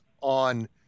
on